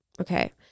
Okay